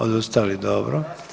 Odustali, dobro.